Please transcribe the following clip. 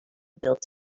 built